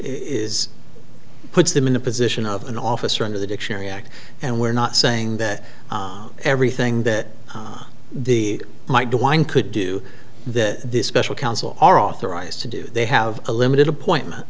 is puts them in the position of an officer under the dictionary act and we're not saying that everything that the might do one could do that these special counsel are authorized to do they have a limited appointment